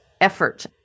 effort